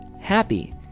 happy